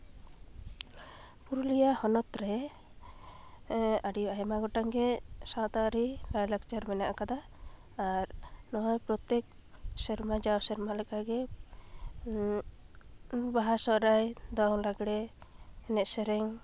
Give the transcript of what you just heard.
ᱯᱩᱨᱩᱞᱤᱭᱟᱹ ᱦᱚᱱᱚᱛ ᱨᱮ ᱟᱹᱰᱤ ᱟᱭᱢᱟ ᱜᱚᱴᱟᱝ ᱜᱮ ᱥᱟᱶᱛᱟ ᱟᱹᱨᱤ ᱞᱟᱭᱼᱞᱟᱠᱪᱟᱨ ᱢᱮᱱᱟᱜ ᱠᱟᱫᱟ ᱟᱨ ᱱᱚᱣᱟ ᱯᱨᱚᱛᱛᱮᱠ ᱥᱮᱨᱢᱟ ᱡᱟᱣ ᱥᱮᱨᱢᱟ ᱞᱮᱠᱟ ᱜᱮ ᱵᱟᱦᱟ ᱥᱚᱨᱦᱟᱭ ᱫᱚᱝ ᱞᱟᱜᱽᱲᱮ ᱮᱱᱮᱡ ᱥᱮᱨᱮᱧ